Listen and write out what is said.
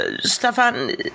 Stefan